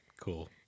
Cool